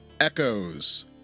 Echoes